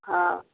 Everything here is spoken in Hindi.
हाँ